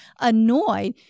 annoyed